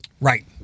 Right